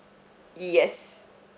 yes